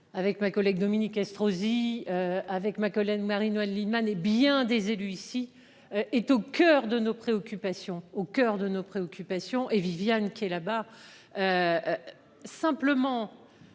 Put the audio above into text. avec ma collègue Dominique Estrosi. Avec ma collègue Marie-Noëlle Lienemann hé bien des élus ici est au coeur de nos préoccupations au coeur de nos préoccupations et Viviane qui est là-bas. Simplement.